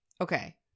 Okay